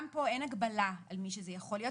גם פה אין הגבלה על מי שזה יכול להיות.